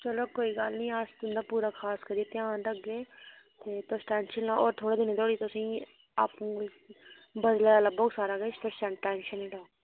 चलो कोई गल्ल नेईं अस तुंदा पूरा करियै ध्यान रखगे ते तुस टेंशन नी लैओ होर थोह्ड़े दिनें धोड़ी तुसेंगी आपूं बदले दा लब्भग सारा किश तुस टेंशन नी लैओ